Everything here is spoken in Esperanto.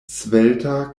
svelta